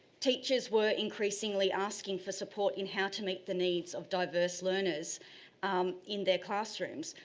teachers were increasingly asking for support in how to meet the needs of diverse learners in their classrooms,